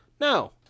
No